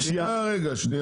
שנייה, רגע.